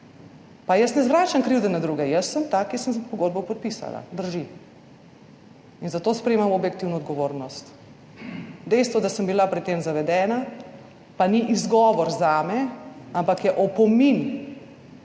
Pa jaz ne zvračam krivde na druge, jaz sem ta, ki sem pogodbo podpisala, drži, in za to sprejemam objektivno odgovornost. Dejstvo, da sem bila pred tem zavedena, pa ni izgovor zame, ampak je opomin